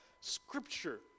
Scripture